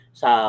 sa